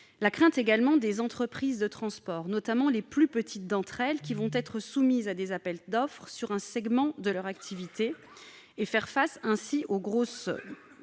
la crainte des entreprises de transport, notamment les plus petites d'entre elles, qui seront soumises à des appels d'offres sur un segment de leur activité. Elles devront ainsi face aux grosses